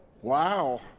Wow